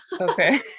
Okay